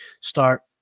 start